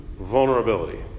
vulnerability